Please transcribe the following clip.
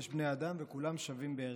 יש בני אדם וכולם שווים בערכם.